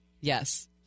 Yes